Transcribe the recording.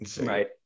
Right